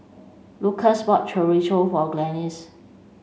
Lukas bought Chorizo for Glennis